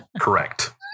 Correct